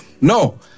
No